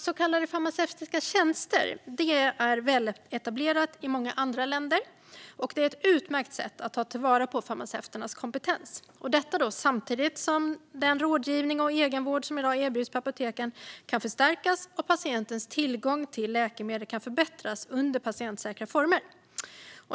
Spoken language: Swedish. Så kallade farmaceutiska tjänster är väletablerade i många andra länder och är ett utmärkt sätt att ta vara på farmaceuternas kompetens, detta samtidigt som den rådgivning och egenvård som i dag erbjuds på apoteken kan förstärkas och patientens tillgång till läkemedel kan förbättras under patientsäkra former.